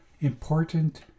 important